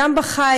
גם בחי,